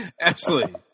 Ashley